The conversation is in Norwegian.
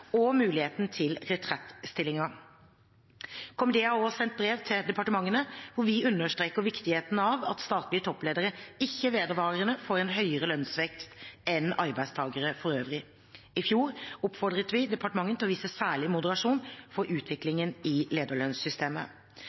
og muligheten til retrettstillinger. KMD har også sendt brev til departementene hvor vi understreker viktigheten av at statlige toppledere ikke vedvarende får en høyere lønnsvekst enn arbeidstakere for øvrig. I fjor oppfordret vi departementene til å vise særlig moderasjon for utviklingen i lederlønnssystemet.